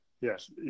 yes